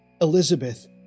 Elizabeth